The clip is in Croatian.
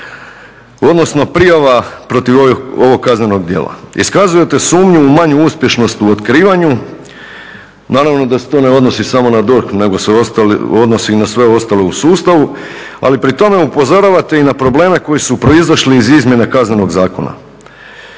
odnosno prijava protiv ovog kaznenog djela. Iskazujete sumnju u manju uspješnost u otkrivanju, naravno da se to ne odnosi samo na DORH nego se odnosi i na sve ostale u sustavu, ali pri tome upozoravate i na probleme koji su proizašli iz izmjene Kaznenog zakona.